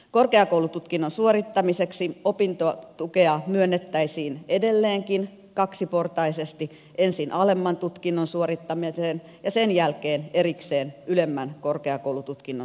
korkeakoulututkinnon suorittamiseksi opintotukea myönnettäisiin edelleenkin kaksiportaisesti ensin alemman tutkinnon suorittamiseen ja sen jälkeen erikseen ylemmän korkeakoulututkinnon suorittamiseen